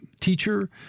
teacher